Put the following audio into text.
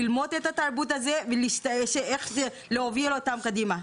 ללמוד את התרבות הזו ואיך להוביל אותם קדימה.